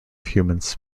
humans